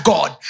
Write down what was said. God